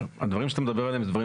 הדברים שאתה מדבר עליהם אלה דברים